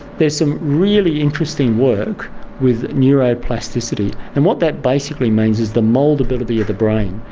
there's some really interesting work with neuroplasticity, and what that basically means is the mouldability of the brain.